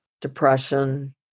depression